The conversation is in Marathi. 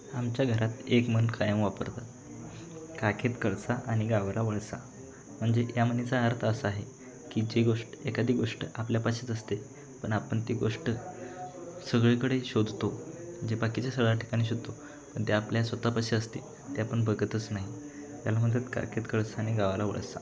आमच्या घरात एक म्हण कायम वापरतात काखेत कळसा आणि गावाला वळसा म्हणजे या म्हणीचा अर्थ असा आहे की जी गोष्ट एखादी गोष्ट आपल्यापाशीच असते पण आपण ती गोष्ट सगळीकडे शोधतो जे बाकीच्या सगळ्या ठिकाणी शोधतो पण ते आपल्या स्वतःपाशी असते ते आपण बघतच नाही याला म्हणतात काखेत कळसा आणि गावाला वळसा